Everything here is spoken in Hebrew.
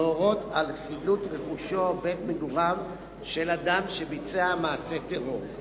להורות על חילוט רכושו או בית-מגוריו של אדם שביצע מעשה טרור,